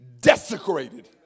desecrated